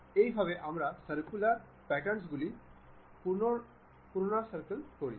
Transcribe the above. এইভাবে আমরা circular patterns গুলি পুনরাসার্কেলি করি